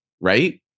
right